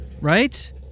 Right